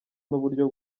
n’uburyo